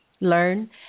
learn